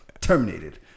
Terminated